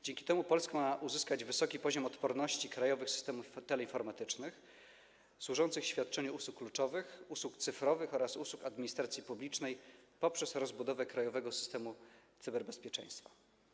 Dzięki temu Polska ma uzyskać wysoki poziom odporności krajowych systemów teleinformatycznych służących świadczeniu usług kluczowych, usług cyfrowych oraz usług administracji publicznej poprzez rozbudowę krajowego systemu cyberbezpieczeństwa.